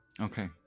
Okay